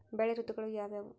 ಬೆಳೆ ಋತುಗಳು ಯಾವ್ಯಾವು?